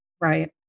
Right